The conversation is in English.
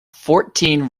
fourteen